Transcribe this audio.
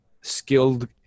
skilled